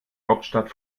hauptstadt